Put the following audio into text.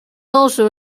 also